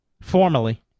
formally